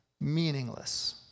meaningless